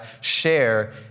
share